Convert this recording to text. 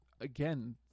again